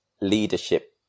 leadership